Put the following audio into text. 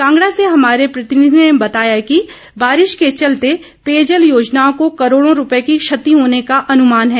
कांगड़ा से हमारे प्रतिनिधि ने बताया कि बारिश के चलते पेयजल योजनाओं को करोड़ो रूपये की क्षति होने का अनुमान है